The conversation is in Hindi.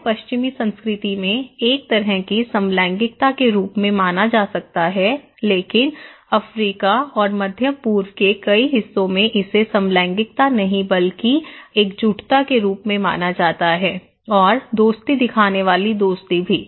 यह पश्चिमी संस्कृति में एक तरह की समलैंगिकता के रूप में माना जा सकता है लेकिन अफ्रीका और मध्य पूर्व के कई हिस्सों में इसे समलैंगिकता नहीं बल्कि एकजुटता के रूप में माना जाता है और दोस्ती दिखाने वाली दोस्ती भी